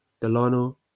Delano